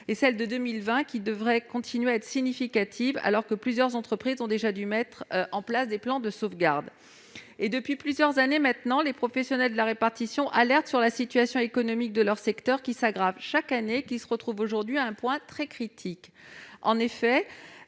les pertes de 2020 devraient être elles aussi significatives, alors que plusieurs entreprises ont déjà dû mettre en place des plans de sauvegarde de l'emploi. Depuis plusieurs années maintenant, les professionnels de la répartition alertent sur la situation économique de leur secteur, qui s'aggrave chaque année et en est aujourd'hui à un point très critique. Ils